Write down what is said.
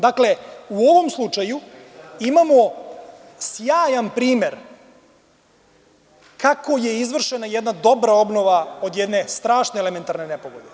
Dakle, u ovom slučaju, imamo sjajan primer kako je izvršena jedna dobra obnova od jedne strašne elementarne nepogode.